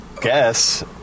guess